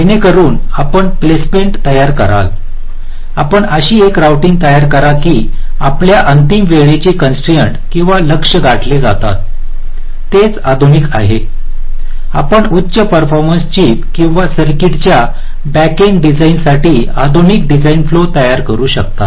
जेणेकरुन आपण प्लेसमेंट तयार कराल आपण अशी एक रोऊटिंग तयार करा की आपल्या अंतिम वेळेची कॉन्स्ट्रईन्स किंवा लक्ष्य गाठले जातात तेच आधुनिक आहे आपण उच्च परफॉर्मन्स चिप किंवा सर्किटच्या बॅक एंड डिझाइनसाठी आधुनिक डिझाइन फ्लो तयार करू शकता